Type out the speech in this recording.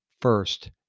first